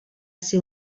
ser